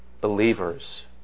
believers